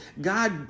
God